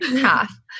Half